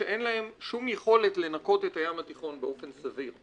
שאין להם שום יכולת לנקות את הים התיכון באופן סביר.